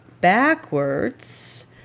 backwards